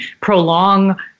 prolong